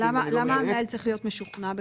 למה המנהל צריך להיות משוכנע בכך?